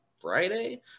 friday